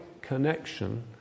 connection